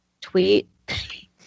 tweet